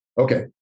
Okay